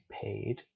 paid